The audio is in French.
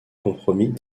compromis